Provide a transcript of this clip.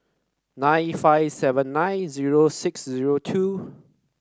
nine five seven nine zero six zero two